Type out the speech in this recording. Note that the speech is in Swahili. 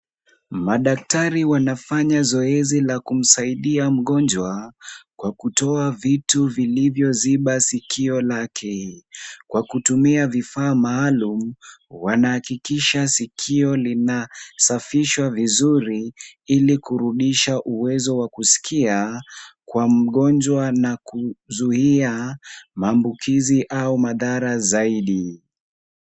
Madaktari wanafanya zoezi la kumsaidia mgonjwa kwa kutoa vitu vilivyoziba sikio lake. Kwa kutumia vifaa maalum wanahakikisha sikio linasafishwa vizuri ili kurudisha uwezo wa kusikia kwa mgonjwa na kuzuia maambukizi au madhara zaidi.